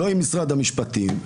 לא עם משרד המשפטים,